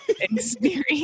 experience